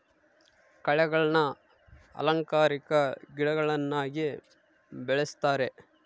ಕಳೆಗಳನ್ನ ಅಲಂಕಾರಿಕ ಗಿಡಗಳನ್ನಾಗಿ ಬೆಳಿಸ್ತರೆ